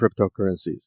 cryptocurrencies